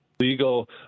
legal